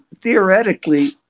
theoretically